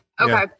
Okay